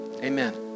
Amen